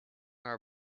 our